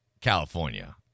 california